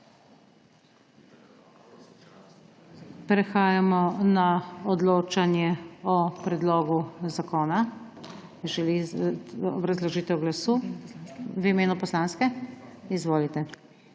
Prehajamo na odločanje o predlogu zakona. Želi kdo obrazložitev glasu? V imenu poslanske? Izvolite.